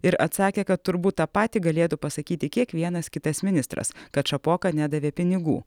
ir atsakė kad turbūt tą patį galėtų pasakyti kiekvienas kitas ministras kad šapoka nedavė pinigų